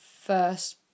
first